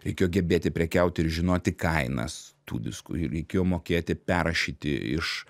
reikėjo gebėti prekiauti ir žinoti kainas tų diskų reikėjo mokėti perrašyti iš